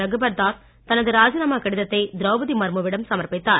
ரகுபர் தாஸ் தனது ராஜினாமா கடிதத்தை திரௌபதி மர்மு விடம் சமர்பித்தார்